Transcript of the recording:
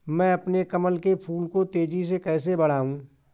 मैं अपने कमल के फूल को तेजी से कैसे बढाऊं?